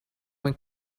when